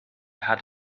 had